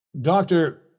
Doctor